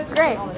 Great